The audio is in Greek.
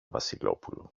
βασιλόπουλο